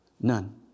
none